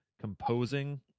composing